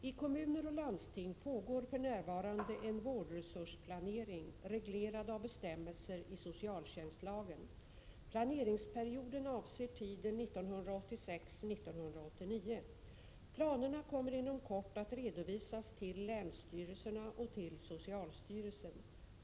I kommuner och landsting pågår för närvarande en vårdresursplanering 1986-1989. Planerna kommer inom kort att redovisas till länsstyrelserna och till socialstyrelsen.